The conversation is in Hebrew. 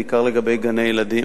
בעיקר לגבי גני-ילדים.